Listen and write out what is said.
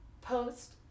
post